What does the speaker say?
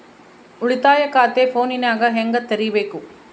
ಉಳಿತಾಯ ಖಾತೆ ಫೋನಿನಾಗ ಹೆಂಗ ತೆರಿಬೇಕು?